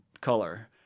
color